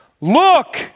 Look